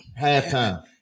Halftime